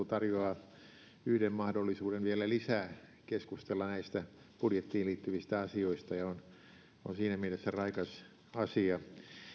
tarjoaa yhden mahdollisuuden vielä lisää keskustella näistä budjettiin liittyvistä asioista ja on on siinä mielessä raikas asia